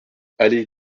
allée